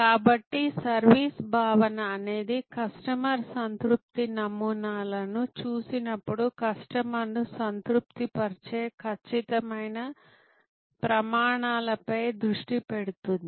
కాబట్టి సర్వీస్ భావన అనేది కస్టమర్ సంతృప్తి నమూనాలను చూసినప్పుడు కస్టమర్ను సంతృప్తిపరిచే ఖచ్చితమైన ప్రమాణాలపై దృష్టి పెడుతుంది